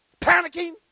panicking